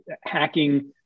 hacking